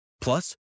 Plus